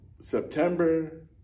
September